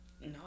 no